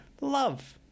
love